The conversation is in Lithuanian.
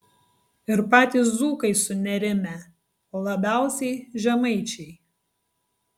ir patys dzūkai sunerimę o labiausiai žemaičiai